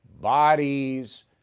bodies